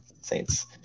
Saints